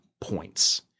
points